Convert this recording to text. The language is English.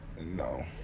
No